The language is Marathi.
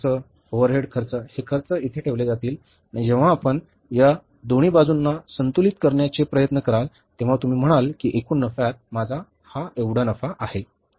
खर्च ओव्हरहेड खर्च हे खर्च येथे ठेवले जातील आणि जेव्हा आपण या दोन्ही बाजूंना संतुलित करण्याचा प्रयत्न कराल तेव्हा तुम्ही म्हणाल की एकूण नफ्यात माझा हा नफा होईल